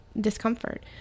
discomfort